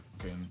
okay